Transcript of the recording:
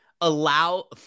allow